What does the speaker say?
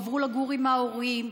עברו לגור עם ההורים,